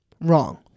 wrong